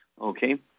okay